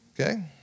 okay